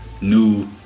new